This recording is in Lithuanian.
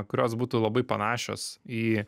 kurios būtų labai panašios į